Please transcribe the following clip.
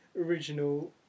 original